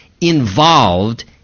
involved